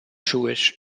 jewish